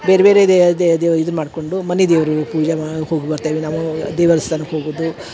ಬೇರೆ ಬೇರೆ ದೆ ದೇವ ಇದನ್ನ ಮಾಡ್ಕೊಂಡು ಮನೆ ದೇವರು ಪೂಜೆ ಮಾ ಹೋಗಿ ಬರ್ತೇವೆ ನಾವು ದೇವಸ್ಥಾನಕ್ಕೆ ಹೋಗುದು